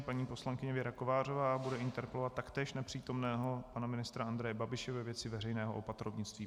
Paní poslankyně Věra Kovářová bude interpelovat taktéž nepřítomného pana ministra Andreje Babiše ve věci veřejného opatrovnictví.